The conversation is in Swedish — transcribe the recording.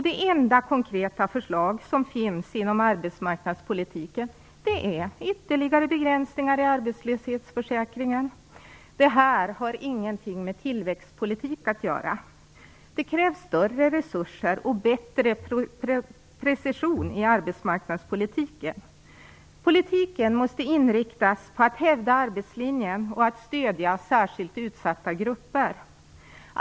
Det enda konkreta förslag som finns inom arbetsmarknadspolitiken är ytterligare begränsningar i arbetslöshetsförsäkringen. Detta har ingenting med tillväxtpolitik att göra. Det krävs större resurser och bättre precision i arbetsmarknadspolitiken. Politiken måste inriktas på att hävda arbetslinjen och på att stödja särskilt utsatta grupper.